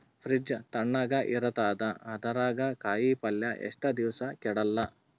Fridge ತಣಗ ಇರತದ, ಅದರಾಗ ಕಾಯಿಪಲ್ಯ ಎಷ್ಟ ದಿವ್ಸ ಕೆಡಲ್ಲ?